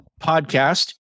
podcast